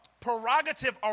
prerogative